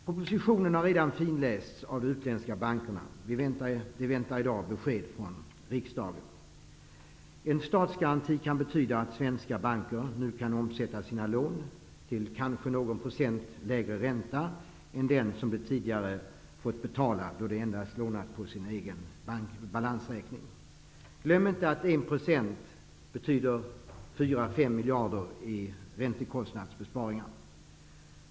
Propositionen har redan lästs av de utländska bankerna. De väntar i dag på besked från riksdagen. En statsgaranti kan betyda att svenska banker nu kan omsätta sina lån till kanske någon procent lägre ränta än den de tidigare har fått betala då de endast har lånat på sin egen balansräkning. Glöm inte att 1 % betyder 4--5 miljarder kronor i besparingar på räntekostnaderna.